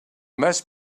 must